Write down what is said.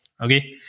Okay